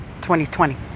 2020